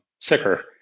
sicker